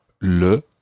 le